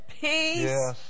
peace